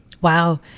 Wow